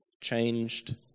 changed